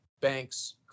banks